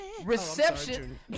reception